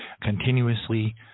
continuously